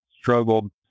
struggled